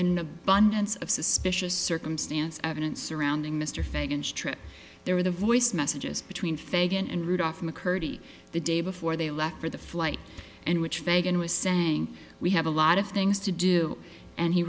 abundance of suspicious circumstance evidence surrounding mr fagan's trip there were the voice messages between fagan and rudolph mccurdy the day before they left for the flight and which fagan was saying we have a lot of things to do and he